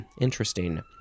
interesting